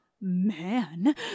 man